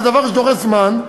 זה דבר שדורש זמן,